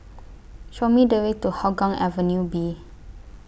Show Me The Way to Hougang Avenue B